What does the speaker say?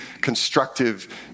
constructive